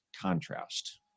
contrast